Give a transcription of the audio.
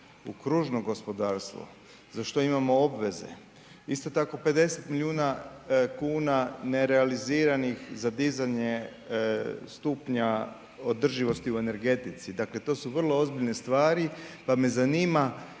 u kružno gospodarstvo za što imamo obveze, isto tako 50 milijuna kuna nerealiziranih za dizanje stupnja održivosti u energetici, dakle to su vrlo ozbiljne stvari, pa me zanima